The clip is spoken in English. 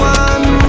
one